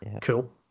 Cool